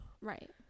Right